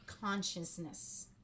consciousness